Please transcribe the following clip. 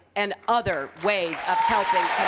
and other ways of helping